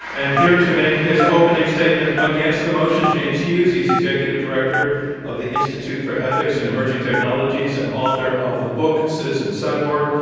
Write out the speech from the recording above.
and here to make his opening statement against the motion, james hughes. he's executive director of the institute for ethics and emerging technologies and author of the book citizen cyborg.